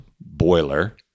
boiler